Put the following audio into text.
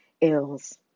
Ills